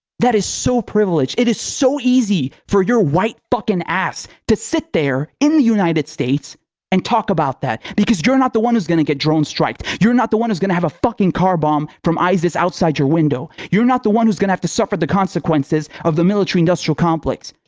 that is so privileged, it is so easy for your white fucking ass to sit there in the united states and talk about that. because you're not the one who's gonna get drone striked, you're not the one who's gonna have a fucking car bomb from isis outside your window, you're not the one who's gonna have to suffer the consequences of the military-industrial complex.